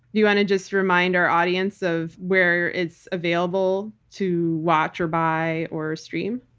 you want to just remind our audience of where it's available to watch or buy or steam?